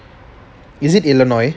is it illinois